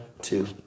two